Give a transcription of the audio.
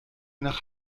nach